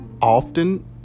often